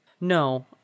No